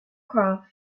craft